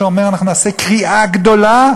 שאומר: אנחנו נעשה קריעה גדולה?